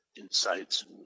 insights